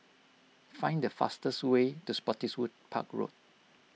find the fastest way to Spottiswoode Park Road